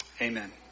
Amen